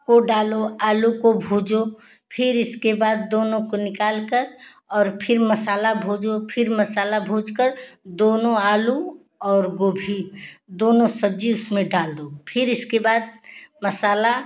को डालो आलू को भुजो फिर इसके बाद दोनों को निकालकर और फिर मसाला भुजो फिर मसाला भुजकर दोनों आलू और गोभी दोनों सब्जी उसमें डाल दो फिर इसके बाद मसाला